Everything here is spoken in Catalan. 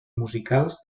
musicals